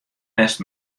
west